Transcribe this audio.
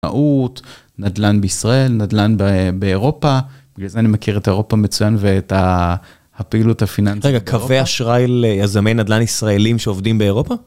נדלן בישראל, נדלן ב... באירופה, בגלל זה אני מכיר את אירופה מצוין ואת הפעילות הפיננסית באירופה. רגע, קווי אשראי ליזמי נדלן ישראלים שעובדים באירופה?